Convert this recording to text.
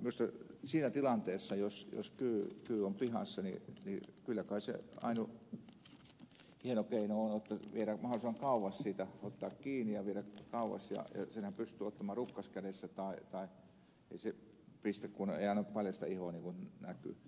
minusta siinä tilanteessa jos kyy on pihassa kyllä kai se ainut hieno keino on jotta viedään mahdollisimman kauas siitä otetaan kiinni ja viedään kauas senhän pystyy ottamaan rukkaskädessä ei se pistä kunhan ei jää paljasta ihoa näkyviin